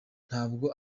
ntabwo